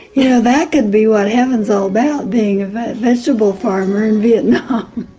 you know that could be what heaven is all about, being a vegetable farmer in vietnam.